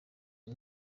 uyu